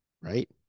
right